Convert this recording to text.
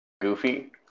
goofy